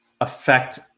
affect